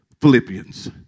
Philippians